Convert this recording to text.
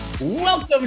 Welcome